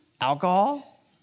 alcohol